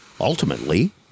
Ultimately